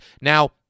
Now